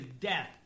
death